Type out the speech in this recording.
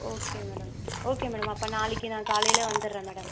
okay madam okay madam அப்போ நாளைக்கு நான் காலையில் வந்துர்றேன் மேடம்